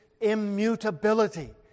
immutability